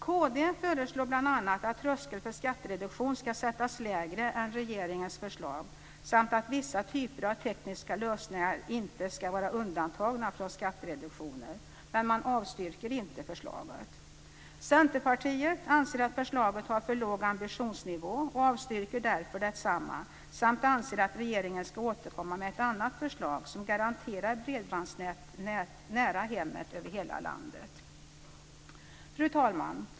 Kd föreslår bl.a. att tröskeln för skattereduktion ska sättas lägre än med regeringens förslag samt att vissa typer av tekniska lösningar inte ska vara undantagna från skattereduktionen. Men man avstyrker inte förslaget. Centerpartiet anser att förslaget har för låg ambitionsnivå och avstyrker därför detsamma samt anser att regeringen ska återkomma med ett annat förslag som garanterar bredbandsnät nära hemmet över hela landet. Fru talman!